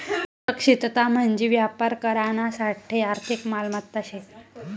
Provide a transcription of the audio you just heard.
सुरक्षितता म्हंजी व्यापार करानासाठे आर्थिक मालमत्ता शे